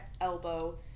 elbow